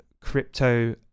crypto